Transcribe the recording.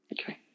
Okay